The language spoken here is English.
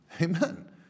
Amen